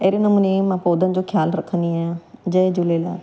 अहिड़े नमूने मां पौधनि जो ख़्यालु रखंदी आहियां जय झूलेलाल